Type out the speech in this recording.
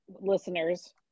listeners